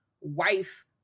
wife